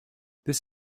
this